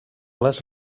les